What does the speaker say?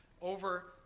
over